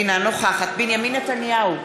אינה נוכחת בנימין נתניהו,